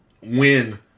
win